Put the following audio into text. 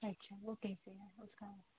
اچھا وہ بھی ہے اس کا